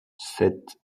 sept